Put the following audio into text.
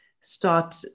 start